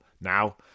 now